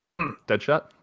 Deadshot